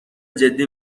جدی